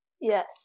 Yes